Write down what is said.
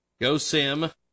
GoSim